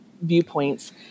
viewpoints